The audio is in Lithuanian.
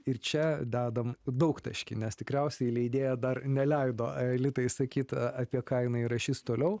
ir čia dedame daugtaškį nes tikriausiai leidėja dar neleido aelitai sakyt apie ką jinai rašys toliau